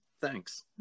thanks